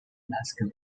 alaska